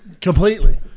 completely